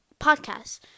podcasts